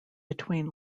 between